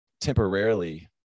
temporarily